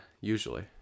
usually